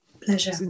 Pleasure